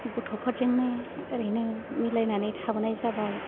गथ'फोरजोंनो ओरैनो मिलायनानै थाबोनाय जाबाय